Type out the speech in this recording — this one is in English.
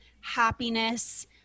happiness